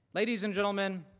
ladies and gentlemen,